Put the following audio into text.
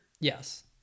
Yes